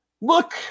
look